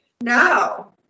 No